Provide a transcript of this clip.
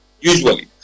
usually